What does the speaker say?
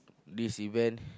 this event